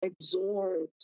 absorbed